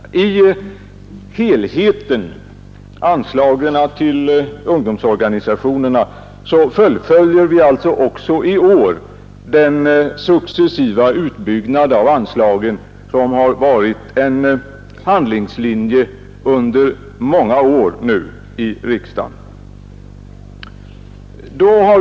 Under avsnittet anslag till ungdomsorganisationerna fullföljer vi alltså även i år den successiva utbyggnad som nu har varit en handlingslinje under många år i riksdagen.